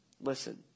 listen